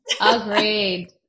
Agreed